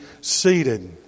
seated